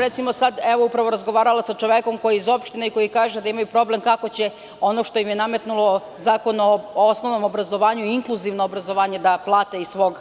Recimo, sad sam upravo razgovarala sa čovekom koji je iz opštine i kaže da imaju problem kako će sprovesti ono što im je nametnuto Zakonom o osnovnom obrazovanju, inkluzivno obrazovanje da plate iz svog